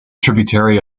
tributary